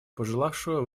пожелавшего